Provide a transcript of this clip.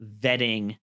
vetting